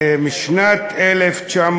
משנת 1999